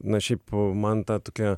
na šiaip man ta tokia